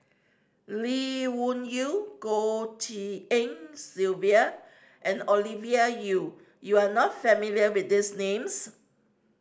Lee Wung Yew Goh Tshin En Sylvia and Ovidia Yu you are not familiar with these names